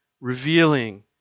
revealing